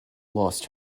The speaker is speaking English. lost